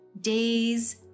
days